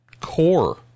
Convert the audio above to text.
core